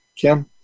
Ken